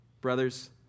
Brothers